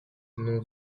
non